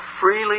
freely